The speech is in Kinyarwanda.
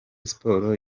sports